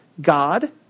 God